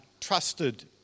trusted